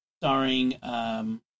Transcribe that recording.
starring